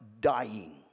dying